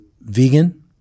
vegan